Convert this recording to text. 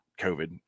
COVID